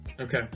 Okay